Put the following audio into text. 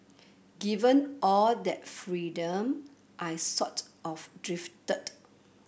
given all that freedom I sort of drifted